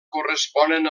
corresponen